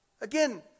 Again